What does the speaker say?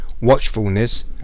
watchfulness